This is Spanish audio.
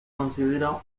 consideran